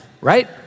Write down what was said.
right